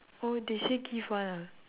oh they still give [one] ah